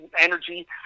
energy